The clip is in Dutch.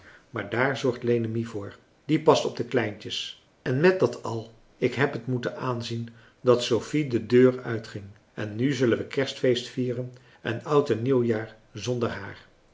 maar daar zorgt lenemie voor die past op de kleintjes en met dat al ik heb het moeten aanzien dat sophie de deur uitging en nu zullen we kerstfeest vieren en oud en nieuwjaar zonder haar